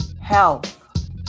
health